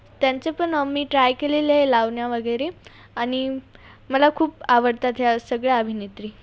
त्यांच्या पण मी ट्राय केलेलं आहे लावण्या वगैरे आणि मला खूप आवडतात ह्या सगळ्या अभिनेत्री